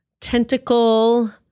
tentacle